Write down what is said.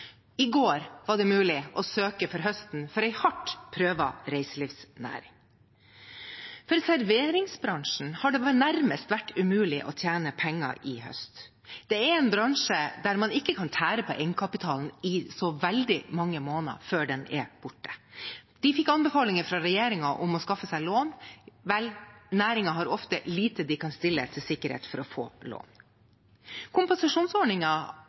I går var det mulig å søke for høsten for en hardt prøvd reiselivsnæring. For serveringsbransjen har det nærmest vært umulig å tjene penger i høst. Det er en bransje der man ikke kan tære på egenkapitalen i så veldig mange måneder før den er borte. De fikk anbefalinger fra regjeringen om å skaffe seg lån. Vel, næringen har ofte lite de kan stille som sikkerhet for å få lån.